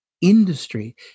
industry